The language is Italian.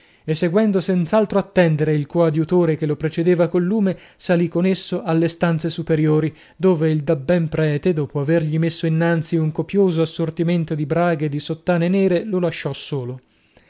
seguendo senz'altro attendere il coadiutore che lo precedeva col lume salì con esso alle stanze superiori dove il dabben prete dopo avergli messo innanzi un copioso assortimento di braghe e di sottane nere lo lasciò solo